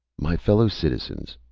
my fellow-citizens,